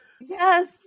yes